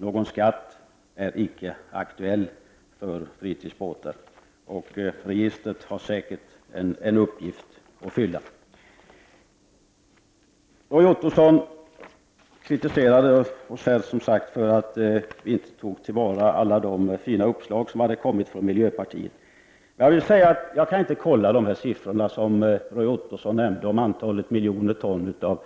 Någon skatt är inte aktuell för fritidsbåtar, och registret har säkert en uppgift att Roy Ottosson kritiserade utskottet för att vi inte tog till vara alla de fina uppslag som hade kommit från miljöpartiet. Jag kan inte kontrollera alla de siffror som Roy Ottosson nämnde om antalet miljoner ton av